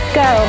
go